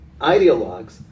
ideologues